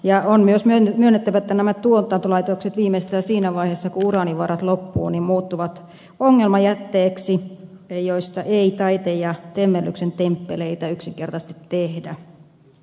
ja on myös myönnettävä että nämä tuotantolaitokset viimeistään siinä vaiheessa kun uraanivarat loppuvat muuttuvat ongelmajätteeksi josta ei taiteen ja temmellyksen temppeleitä yksinkertaisesti tehdä